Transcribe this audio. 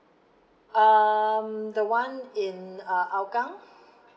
um the [one] in uh hougang